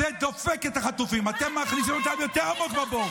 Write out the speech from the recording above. זה לא מעניין אתכם בכלל,